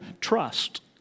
trust